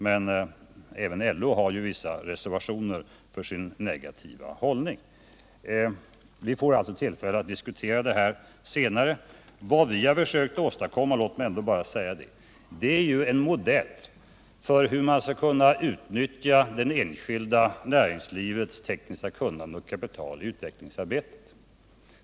Men även LO har ju vissa reservationer för sin negativa hållning. Vi får alltså tillfälle att diskutera det här senare. Vad vi har försökt åstadkomma — låt mig ändå bara säga det — är en modell för hur man skall kunna utnyttja det enskilda näringslivets tekniska kunnande och kapital i utvecklingsarbetet.